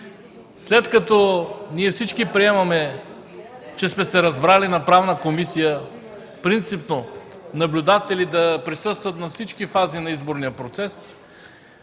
след като ние всички приемаме, че сме се разбрали на Правна комисия принципно наблюдатели да присъстват на всички фази на изборния процес,